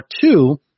two